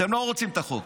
אתם לא רוצים את החוק.